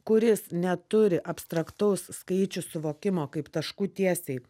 kuris neturi abstraktaus skaičių suvokimo kaip tašku tiesiai